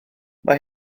mae